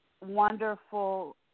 wonderful